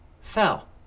fell